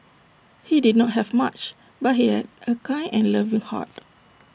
he did not have much but he had A kind and loving heart